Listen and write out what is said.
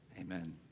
Amen